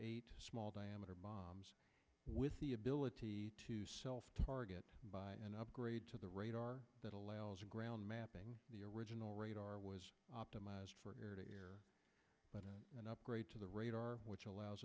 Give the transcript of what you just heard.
eight small diameter bombs with the ability to self target by an upgrade to the radar that allows ground mapping the original radar was optimized for what an upgrade to the radar which allows